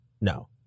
No